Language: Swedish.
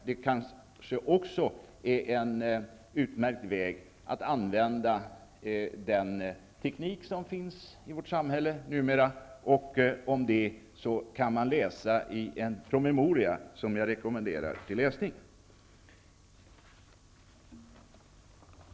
Det kan vara en utmärkt väg att använda den teknik som finns i vårt samhälle numera, och om det kan man läsa i en promemoria, som jag rekommenderar.